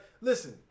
Listen